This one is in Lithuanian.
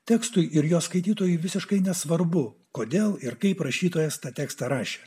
tekstui ir jos skaitytojui visiškai nesvarbu kodėl ir kaip rašytojas tą tekstą rašė